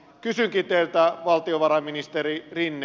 kysynkin teiltä valtiovarainministeri rinne